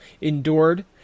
endured